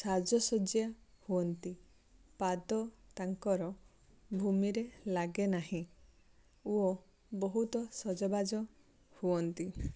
ସାଜ ସଜ୍ୟା ହୁଅନ୍ତି ପାଦ ତାଙ୍କର ଭୂମିରେ ଲାଗେ ନାହିଁ ଓ ବହୁତ ସଜବାଜ ହୁଅନ୍ତି